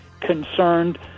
concerned